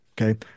okay